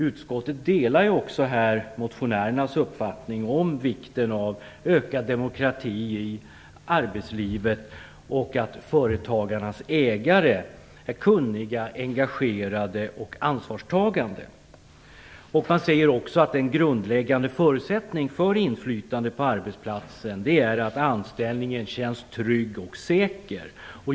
Utskottet delar också motionärernas uppfattning om vikten av ökad demokrati i arbetslivet och att företagens ägare är kunniga, engagerade och ansvarstagande. Man säger också att en grundläggande förutsättning för inflytande på arbetsplatsen är att anställningen känns trygg och säker.